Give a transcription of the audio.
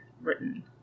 written